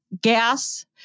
gas